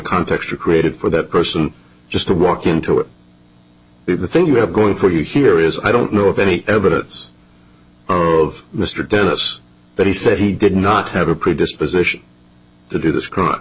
context are created for that person just to walk into it the thing you have going for you here is i don't know of any evidence of mr dennis that he said he did not have a predisposition to do this crime